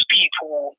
people